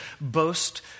boast